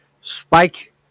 spike